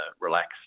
relax